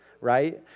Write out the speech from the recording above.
Right